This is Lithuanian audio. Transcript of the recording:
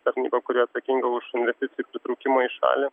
tarnyba kuri atsakinga už investicijų pritraukimą į šalį